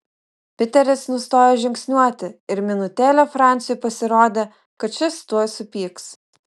piteris nustojo žingsniuoti ir minutėlę franciui pasirodė kad šis tuoj supyks